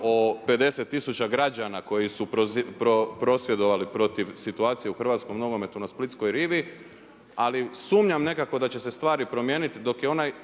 o 50 tisuća građana koji su prosvjedovali protiv situacije u hrvatskom nogometu na splitskoj rivi ali sumnjam nekako da će se stvari promijeniti dok je onaj